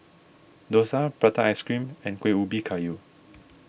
Dosa Prata Ice Cream and Kuih Ubi Kayu